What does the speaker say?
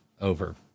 over